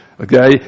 Okay